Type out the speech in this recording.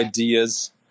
ideas